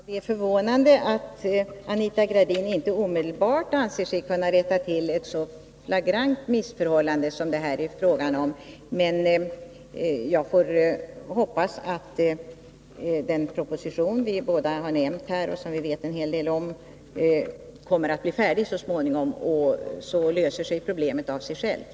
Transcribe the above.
Herr talman! Det är förvånande att Anita Gradin inte omedelbart ansett sig kunna rätta till ett så flagrant missförhållande som det som det här är fråga om. Jag får hoppas att den proposition vi båda nämnt och som vi vet en hel del om så småningom kommer att bli färdig. Då löser sig problemet av sig självt.